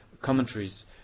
commentaries